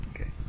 Okay